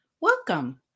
Welcome